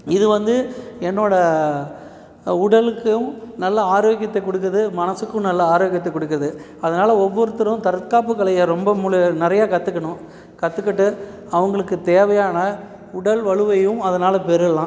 இது வந்து என்னோடய உடலுக்கும் நல்ல ஆரோக்கியத்தை கொடுக்குது மனதுக்கும் நல்ல ஆரோக்கியத்தை கொடுக்குது அதனால் ஒவ்வொருத்தரும் தற்காப்புக் கலையை ரொம்ப மூல நிறையா கற்றுக்கணும் கற்றுக்கிட்டு அவங்களுக்குத் தேவையான உடல் வலுவையும் அதனால் பெறலாம்